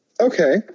Okay